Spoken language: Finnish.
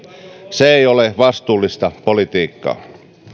se ei ole vastuullista politiikkaa